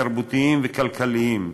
תרבותיים וכלכליים,